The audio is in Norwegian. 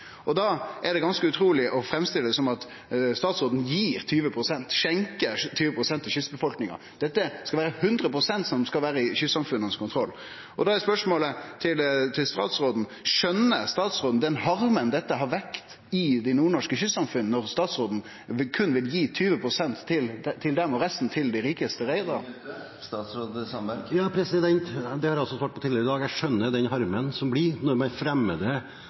statsråden gir 20 pst. – skjenker 20 pst. – til kystbefolkninga. Det er 100 pst. som skal vere i kystsamfunnas kontroll. Da er spørsmålet til statsråden: Skjøner statsråden den harmen det har vekt i dei nordnorske kystsamfunna når statsråden berre vil gi 20 pst. til dei og resten til dei rikaste reiarane? Ja, det har jeg også svart på tidligere i dag: Jeg skjønner den harmen som blir når man fremmer en påstand om at disse såkalt styrtrike, eller kvotebaronene, disse som har ranet kysten, får 80 pst. Men det